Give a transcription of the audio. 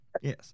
Yes